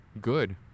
Good